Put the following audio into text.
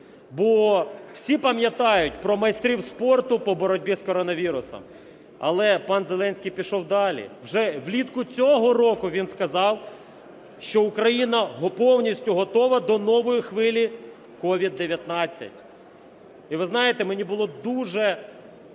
бо всі пам'ятають про майстрів спорту по боротьбі з коронавірусом. Але пан Зеленський пішов далі: вже влітку цього року він сказав, що Україна повністю готова до нової хвилі COVID-19. І, ви знаєте, мені було дуже